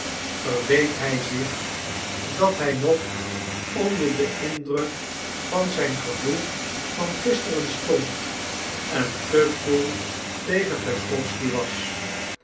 verweet hij zich dat hij nog onder den indruk van zijn gevoel van gisteren stond en te koel tegen wesslowsky was